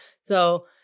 So-